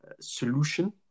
solution